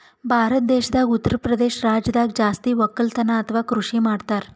ಭಾರತ್ ದೇಶದಾಗ್ ಉತ್ತರಪ್ರದೇಶ್ ರಾಜ್ಯದಾಗ್ ಜಾಸ್ತಿ ವಕ್ಕಲತನ್ ಅಥವಾ ಕೃಷಿ ಮಾಡ್ತರ್